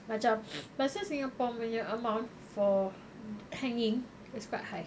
macam pasal singapore punya amount for hanging is quite high